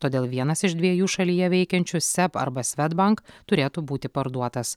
todėl vienas iš dviejų šalyje veikiančių seb arba swedbank turėtų būti parduotas